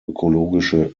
ökologische